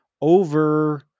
over